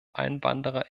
einwanderer